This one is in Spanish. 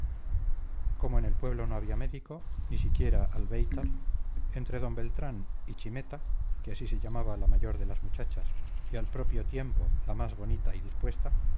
como en el pueblo no había médico ni siquiera albéitar entre d beltrán y chimeta que así se llamaba la mayor de las muchachas y al propio tiempo la más bonita y dispuesta